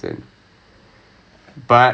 ya